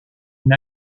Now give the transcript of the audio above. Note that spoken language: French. une